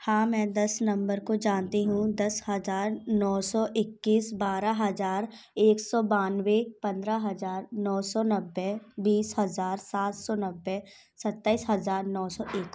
हाँ मैं दस नंबर को जानती हूँ दस हजार नौ सौ इक्कीस बारह हजार एक सौ बानवे पंद्रह हजार नौ सौ नब्बे बीस हज़ार सात सौ नब्बे सत्ताईस हज़ार नौ सौ एक